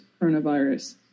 coronavirus